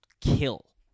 kill